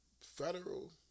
federal